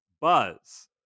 Buzz